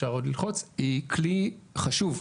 היא כלי חשוב,